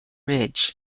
ridge